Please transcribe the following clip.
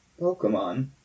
Pokemon